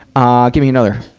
ah give me another,